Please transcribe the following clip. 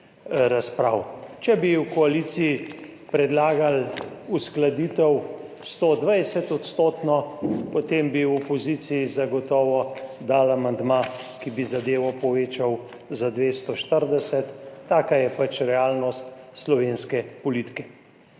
razprav. Če bi v koaliciji predlagali 120-odstotno uskladitev, potem bi v opoziciji zagotovo dali amandma, ki bi zadevo povečal za 240. Taka je pač realnost slovenske politike.